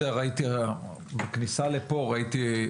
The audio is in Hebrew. בכניסה לפה ראיתי,